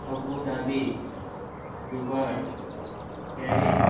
Abu Dhabi Dubai Paris